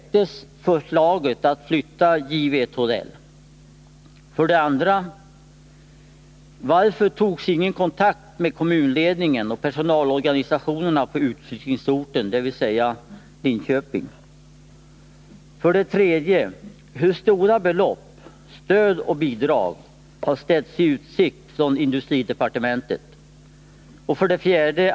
Varför togs ingen kontakt med kommunledningen och personalorganisationerna på utflyttningsorten, dvs. Linköping? 3. Hur stora belopp — stöd och bidrag — har ställts i utsikt från industridepartementet? 4.